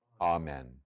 Amen